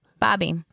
Bobby